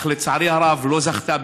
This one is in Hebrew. אך לצערי הרב לא זכתה,